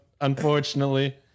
unfortunately